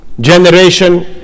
generation